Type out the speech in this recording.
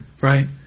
Right